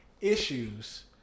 issues